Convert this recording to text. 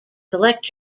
select